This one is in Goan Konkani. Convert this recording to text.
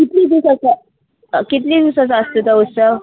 कितली दिसा कितले दिसा आसता तो उत्सव